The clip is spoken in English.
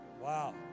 Wow